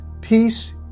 Peace